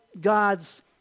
God's